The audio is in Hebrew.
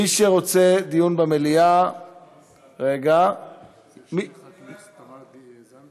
מי שרוצה דיון במליאה שיצביע בעד.